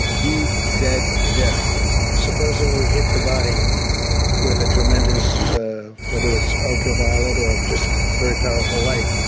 he said this supposing we hit somebody with a tremendous whether it's ultraviolet or just very powerful light.